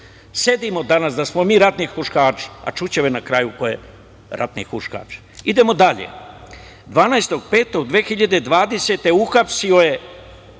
sedimo danas da smo mi ratni huškači, a čuće me na kraju ko je ratni huškač. Idemo dalje, 12. maja 2020. godine uhapsio je